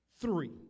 three